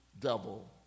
devil